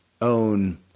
own